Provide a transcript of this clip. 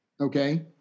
Okay